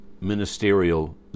ministerial